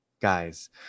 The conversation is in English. guys